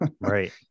Right